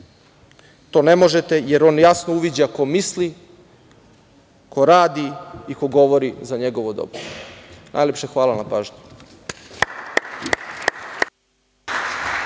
to ne možete jer on jasno uviđa ko misli, ko radi i ko govori za njegovo dobro. Najlepše hvala na pažnji.